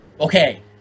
Okay